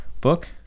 book